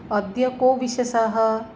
अद्य को विशेषः